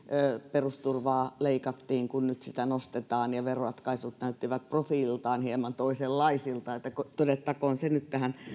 perusturvaa leikattiin kun nyt sitä nostetaan ja veroratkaisut näyttivät profiililtaan hieman toisenlaisilta todettakoon se nyt tähän